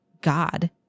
God